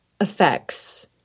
effects